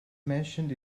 mentioned